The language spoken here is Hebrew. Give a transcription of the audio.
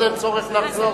אז אין צורך לחזור.